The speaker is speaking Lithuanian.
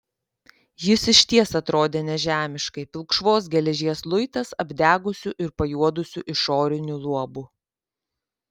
jis išties atrodė nežemiškai pilkšvos geležies luitas apdegusiu ir pajuodusiu išoriniu luobu